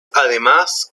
además